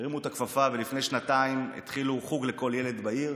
הרימו את הכפפה ולפני שנתיים התחילו חוג לכל ילד בעיר.